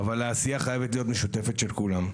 אבל העשייה חייבת להיות משותפת של כולם.